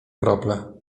krople